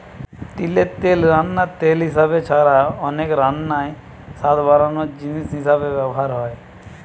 তিলের তেল রান্নার তেল হিসাবে ছাড়া অনেক রান্নায় স্বাদ বাড়ানার জিনিস হিসাবে ব্যভার হয়